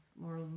more